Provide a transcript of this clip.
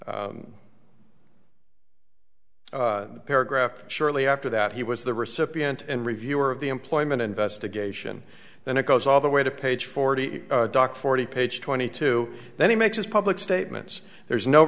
paragraph paragraph shortly after that he was the recipient and reviewer of the employment investigation then it goes all the way to page forty doc forty page twenty two then he makes his public statements there is no